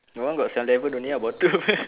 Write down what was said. my one got seven eleven only uh bottom